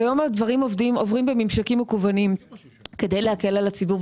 כיום הדברים עוברים בממשקים מקוונים כדי להקל על הציבור,